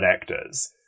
actors